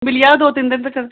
मिली जाह्ग दौ तीन दिन तगर